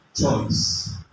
choice